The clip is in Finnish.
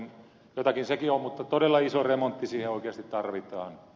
jotakin sekin on mutta todella iso remontti siihen oikeasti tarvitaan